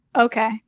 okay